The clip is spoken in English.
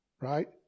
right